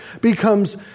becomes